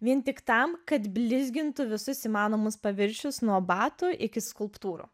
vien tik tam kad blizgintų visus įmanomus paviršius nuo batų iki skulptūrų